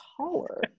taller